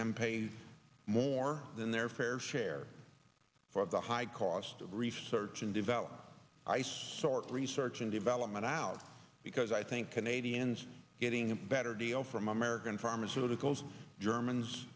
them pay more than their fair share for the high cost of research and development ice sort of research and development out because i think canadians getting a better deal from american pharmaceuticals germans